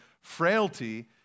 frailty